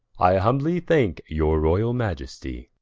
i humbly thanke your royall maiestie